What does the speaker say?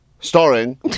Starring